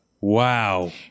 Wow